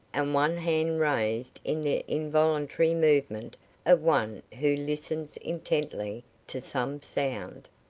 and one hand raised in the involuntary movement of one who listens intently to some sound.